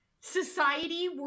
society